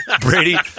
brady